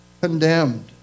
condemned